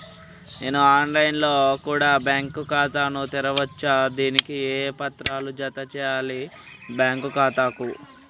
నేను online లో కూడా బ్యాంకు ఖాతా ను తెరవ వచ్చా? దానికి ఏ పత్రాలను జత చేయాలి బ్యాంకు ఖాతాకు?